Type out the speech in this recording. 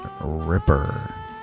Ripper